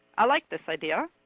i liked this idea,